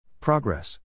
Progress